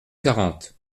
quarante